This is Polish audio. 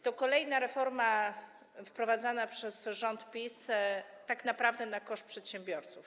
To kolejna reforma wprowadzana przez rząd PiS tak naprawdę na koszt przedsiębiorców.